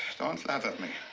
don't laugh at me.